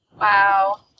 Wow